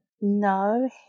No